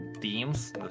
teams